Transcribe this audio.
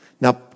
Now